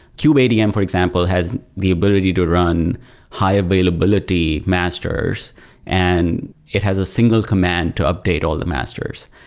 kubeadm, for example, has the ability to run high availability masters and it has a single command to update all the masters.